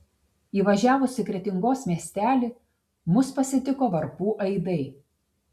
įvažiavus į kretingos miestelį mus pasitiko varpų aidai